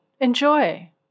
Enjoy